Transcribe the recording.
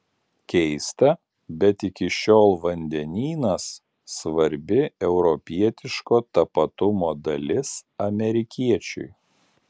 keista bet iki šiol vandenynas svarbi europietiško tapatumo dalis amerikiečiui